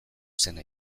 zena